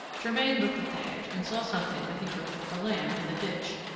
germain looked at the hedge and saw something that he took for a lamb in the ditch,